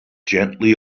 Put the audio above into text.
gently